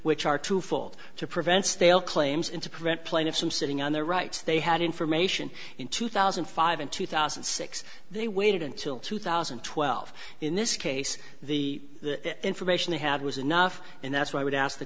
which are twofold to prevent stale claims and to prevent plaintiffs from sitting on their rights they had information in two thousand and five and two thousand and six they waited until two thousand and twelve in this case the information they had was enough and that's why i would ask the